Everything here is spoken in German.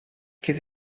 geht